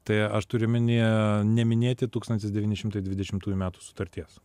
tai aš turiu omeny neminėti tūkstantis devyni šimtai dvidešimtųjų metų sutarties